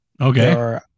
Okay